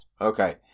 Okay